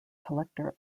collector